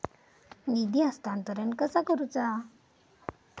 निधी हस्तांतरण कसा करुचा?